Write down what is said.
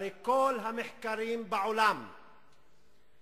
הרי כל המחקרים שנעשו בעולם בעשרות